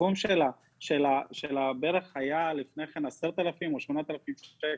הסכום של הברך היה לפני כן 10,000 או 8,000 שקל,